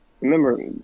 remember